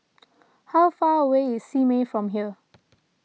how far away is Simei from here